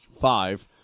five